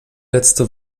letzte